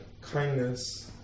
kindness